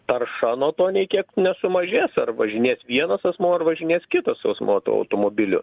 tarša nuo to nei kiek nesumažės ar važinės vienas asmuo ar važinės kitas asmuo tuo automobiliu